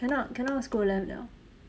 cannot cannot scroll left liao